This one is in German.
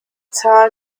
zahl